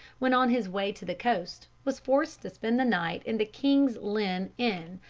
when on his way to the coast, was forced to spend the night in the king's lynn inn,